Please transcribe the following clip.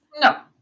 No